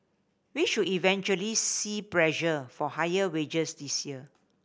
we should eventually see pressure for higher wages this year